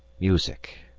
music!